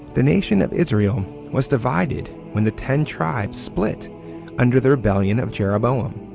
the nation of israel was divided when the ten tribes split under the rebellion of jeroboam.